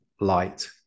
light